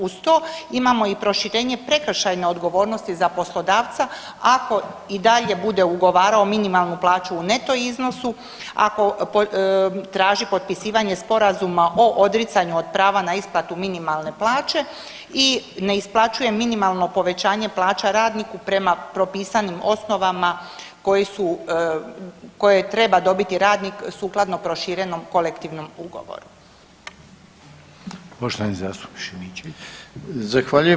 Uz to imamo i proširenje prekršajne odgovornosti za poslodavca ako i dalje bude ugovarao minimalnu plaću u neto iznosu, ako traži potpisivanje sporazuma o odricanju od prava na isplatu minimalne plaće i ne isplaćuje minimalno povećanje plaća radniku prema propisanim osnovama koje treba dobiti radnik sukladno proširenom kolektivnom ugovoru.